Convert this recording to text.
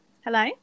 hello